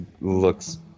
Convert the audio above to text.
looks